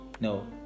No